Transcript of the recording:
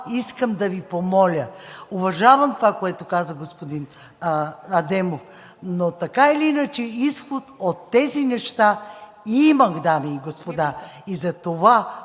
искам да Ви помоля. Уважавам това, което каза господин Адемов, но така или иначе изход от тези неща има, дами и господа. И затова